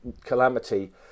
calamity